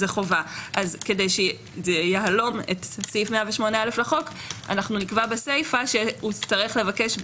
אז כדי שזה יהלום את סעיף 108א לחוק אנחנו נקבע בסיפא שבנסיבות